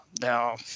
Now